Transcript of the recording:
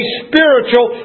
spiritual